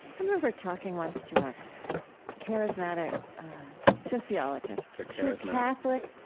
i remember talking once to a charismatic sociologist she was catholic,